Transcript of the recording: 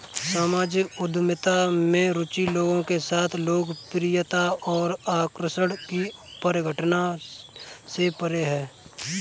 सामाजिक उद्यमिता में रुचि लोगों के साथ लोकप्रियता और आकर्षण की परिघटना से परे है